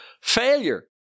failure